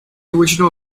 original